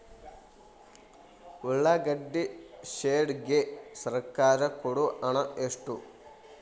ಉಳ್ಳಾಗಡ್ಡಿ ಶೆಡ್ ಗೆ ಸರ್ಕಾರ ಕೊಡು ಹಣ ಎಷ್ಟು?